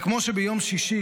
"זה כמו שביום שישי,